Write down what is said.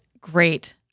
great